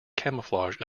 camouflage